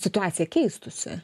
situacija keistųsi